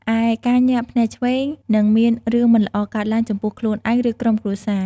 ឯ ការញាក់ភ្នែកឆ្វេង នឹងមានរឿងមិនល្អកើតឡើងចំពោះខ្លួនឯង ឬក្រុមគ្រួសារ។